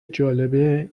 جالبه